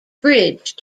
bridge